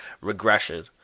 regression